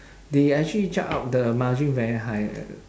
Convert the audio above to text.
they actually jack up the margin very high eh